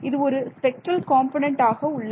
இது ஒரு spectral component உள்ளது